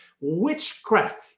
witchcraft